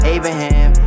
Abraham